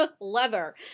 Leather